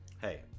Hey